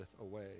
away